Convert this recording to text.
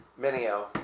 Minio